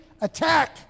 attack